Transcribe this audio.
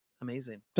amazing